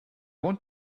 want